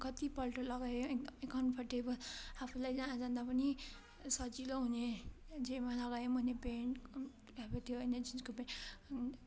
कति पल्ट लगाएँ कम्फर्टेबल आफूलाई जहाँ जाँदा पनि सजिलो हुने जेमा लगाए हुने प्यान्ट अब त्यो जिन्सको प्यान्ट